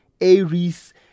Aries